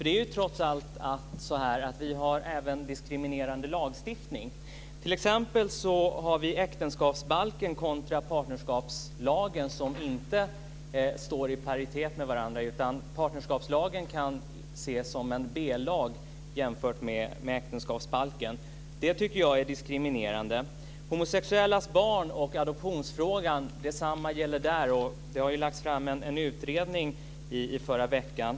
Det är ju trots allt så att vi även har diskriminerande lagstiftning. Vi har t.ex. äktenskapsbalken kontra partnerskapslagen som inte står i paritet med varandra. Partnerskapslagen kan ses som en b-lag jämfört med äktenskapsbalken. Jag tycker att det är diskriminerande. Detsamma gäller homosexuellas barn och adoptionsfrågan. Det har ju lagts fram en utredning i förra veckan.